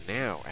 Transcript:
now